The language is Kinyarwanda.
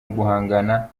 uguhangana